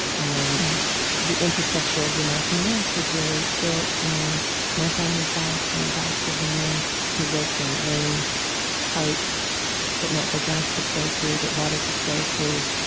and the infrastructure of the american west was really built on my family's backs and the backs of the men who worked there, laying pipe that natural gas could flow through, that water could flow through,